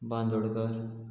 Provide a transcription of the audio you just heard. Bandodkar